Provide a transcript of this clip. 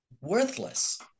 worthless